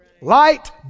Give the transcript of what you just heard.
Light